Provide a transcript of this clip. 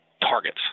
targets